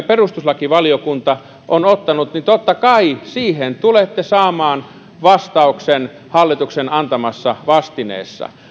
perustuslakivaliokunta on tämän huomion tehnyt niin totta kai siihen tulette saamaan vastauksen hallituksen antamassa vastineessa